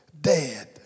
dead